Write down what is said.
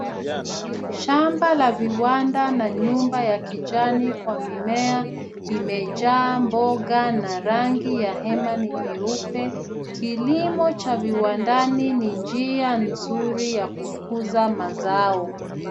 Shamba la viwanda na nyumba ya kijani kwa mimea imejaa mboga na rangi ya hema ni nyeupe. Kilimo cha viwandani ni njia nzuri ya kukuza mazao.